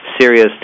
serious